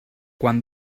quan